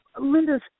Linda's